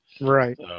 Right